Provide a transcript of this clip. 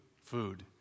food